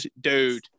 dude